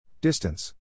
Distance